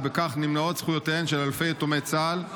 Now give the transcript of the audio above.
ובכך נמנעות זכויותיהם של אלפי יתומי צה"ל.